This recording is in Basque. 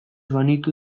banitu